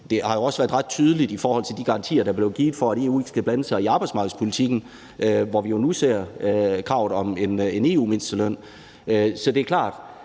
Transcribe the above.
Det har jo også været ret tydeligt i forhold til de garantier, der blev givet, om, at EU ikke skulle blande sig i arbejdsmarkedspolitikken. Der ser vi jo nu et krav om en EU-mindsteløn. Så det er klart,